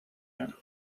him